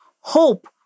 hope